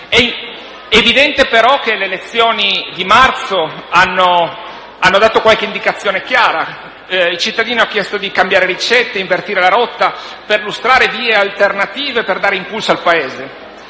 È evidente però che le elezioni di marzo hanno dato qualche indicazione chiara: i cittadini hanno chiesto di cambiare ricette, invertire la rotta, perlustrare vie alternative per dare impulso al Paese.